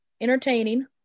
entertaining